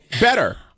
Better